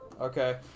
Okay